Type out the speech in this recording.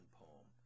poem